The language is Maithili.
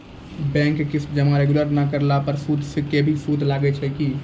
बैंक के किस्त जमा रेगुलर नै करला पर सुद के भी सुद लागै छै कि?